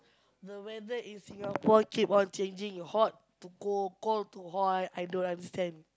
the weather in Singapore keep on changing hot to cold cold to hot I don't understand